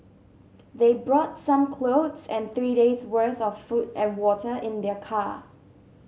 they brought some clothes and three days' worth of food and water in their car